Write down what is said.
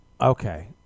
Okay